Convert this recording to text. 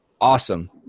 awesome